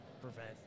prevent